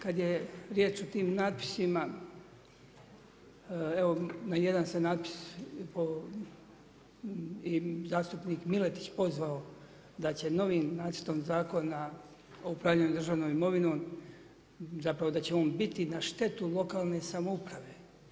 Kada je riječ o tim natpisima, evo na jedan se natpis i zastupnik Miletić pozvao, da će novim nacrtom zakona o upravljanju državnom imovinom zapravo da će on biti na štetu lokalne samouprave.